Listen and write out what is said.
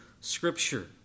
Scripture